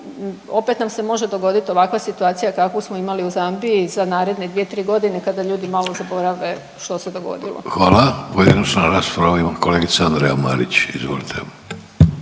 opet nam se može dogoditi ovakva situacija kakvu smo imali u Zambiji za naredne 2-3 godine kada ljudi malo zaborave što se dogodilo. **Vidović, Davorko (Socijaldemokrati)** Hvala. Pojedinačnu raspravu ima kolegica Andreja Marić. Izvolite.